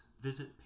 Visit